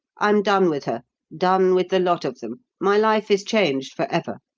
i'm done with her done with the lot of them. my life is changed forever.